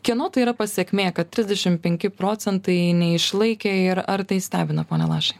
kieno tai yra pasekmė kad trisdešim penki procentai neišlaikė ir ar tai stebina pone lašai